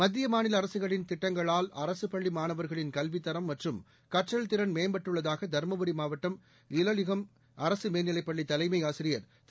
மத்திய மாநில அரசுகளின் திட்டங்களால் அரசு பள்ளி மாணவர்களின் கல்வித் தரம் மற்றும் கற்றல் திறன் மேம்பட்டுள்ளதாக தருமபுரி மாவட்டம் இலளிகம் அரசு மேல்நிலைப் பள்ளி தலைமை ஆசிரியர் திரு